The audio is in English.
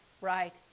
right